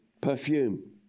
perfume